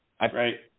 Right